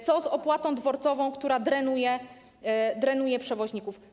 Co z opłatą dworcową, która drenuje przewoźników?